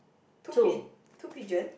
two pi~ two pigeon